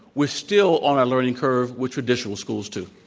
we're still on a learning curve with traditional schools too.